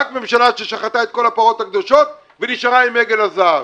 רק ממשלה ששחטה את כל הפרות הקדושות ונשארה עם עגל הזהב.